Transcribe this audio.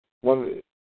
one